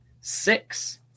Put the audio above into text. six